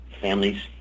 families